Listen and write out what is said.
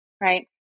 right